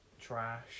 trash